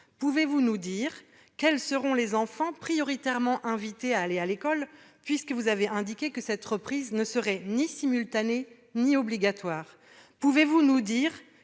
Pouvez-vous nous dire quels seront les enfants prioritairement invités à aller à l'école, puisque vous avez indiqué que cette reprise ne serait ni simultanée ni obligatoire ? Pouvez-vous nous dire